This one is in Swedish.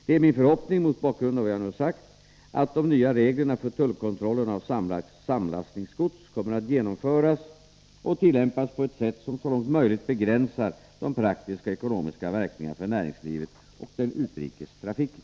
Det är min förhoppning — mot bakgrund av vad jag nu sagt — att de nya reglerna för tullkontrollen av samlastningsgods kommer att genomföras och tillämpas på ett sätt som så långt möjligt begränsar de praktiska och ekonomiska verkningarna för näringslivet och den utrikes trafiken.